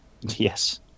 Yes